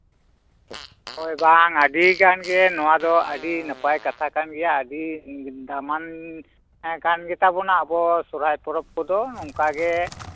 ᱦᱳᱭ ᱵᱟᱝ ᱟᱹᱰᱤᱜᱟᱱ ᱜᱮ ᱱᱚᱶᱟ ᱫᱚ ᱟᱹᱰᱤ ᱱᱟᱯᱟᱭ ᱠᱟᱛᱷᱟ ᱠᱟᱱ ᱜᱮᱭᱟ ᱟᱹᱰᱤ ᱫᱟᱢᱟᱱ ᱛᱟᱦᱮᱸ ᱠᱟᱱ ᱜᱮᱛᱟᱵᱚᱱᱟ ᱟᱵᱚ ᱥᱚᱨᱦᱟᱭ ᱯᱚᱨᱚᱵᱽ ᱠᱚᱫᱚ ᱚᱱᱠᱟᱜᱮ